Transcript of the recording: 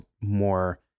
more